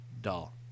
dull